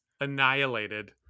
annihilated